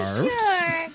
sure